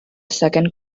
second